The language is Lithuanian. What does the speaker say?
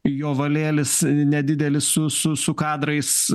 jovalėlis nedidelis su su su kadrais